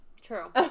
True